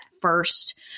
first